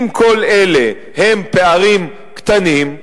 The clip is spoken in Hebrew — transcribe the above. אם כל האלה הם פערים קטנים,